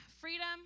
freedom